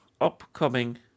upcoming